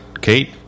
Kate